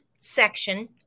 section